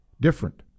different